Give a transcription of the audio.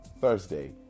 Thursday